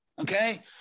Okay